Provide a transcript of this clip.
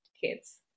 kids